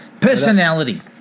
Personality